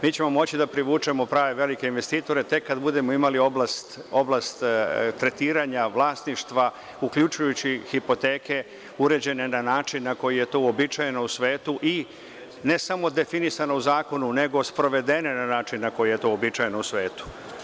Mi ćemo moći da privučemo prave velike investitore tek kad budemo imali oblast tretiranja vlasništva, uključujući hipoteke uređene na način na koji je to uobičajeno u svetu i ne samo definisano u zakonu, nego sprovedene na način na koji je to uobičajeno u svetu.